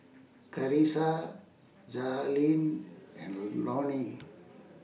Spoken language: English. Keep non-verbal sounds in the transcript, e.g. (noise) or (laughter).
Carisa Jazlyn and (noise) Loni